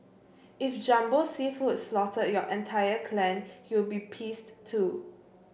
if Jumbo Seafood slaughtered your entire clan you'll be pissed too